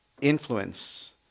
influence